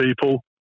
people